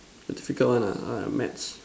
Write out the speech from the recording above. difficult one ah ah maths